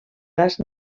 gas